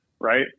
right